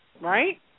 Right